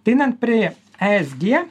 tai einant pre esg